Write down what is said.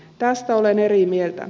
tästä olen eri mieltä